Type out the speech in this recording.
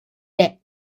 the